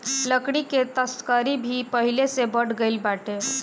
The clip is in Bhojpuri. लकड़ी के तस्करी भी पहिले से बढ़ गइल बाटे